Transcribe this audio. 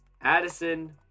Addison